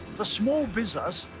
small business,